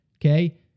Okay